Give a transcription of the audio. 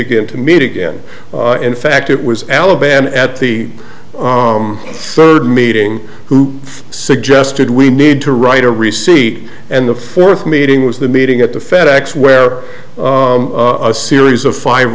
again to meet again in fact it was alabama at the third meeting who suggested we need to write a receipt and the fourth meeting was the meeting at the fed ex where a series of five